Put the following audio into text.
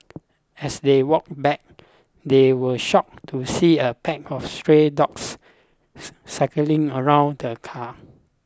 as they walked back they were shocked to see a pack of stray dogs circling around the car